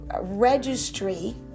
registry